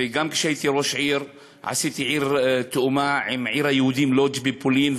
וגם כשהייתי ראש עיר עשיתי הסכם עיר תאומה עם עיר היהודים לודז' בפולין,